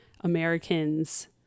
Americans